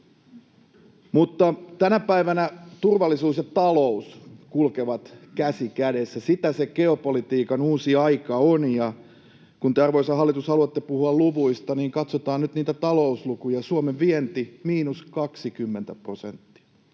Tänä päivänä turvallisuus ja talous kulkevat käsi kädessä, sitä se geopolitiikan uusi aika on. Kun te, arvoisa hallitus, haluatte puhua luvuista, niin katsotaan nyt niitä talouslukuja: Suomen vienti miinus 20 prosenttia,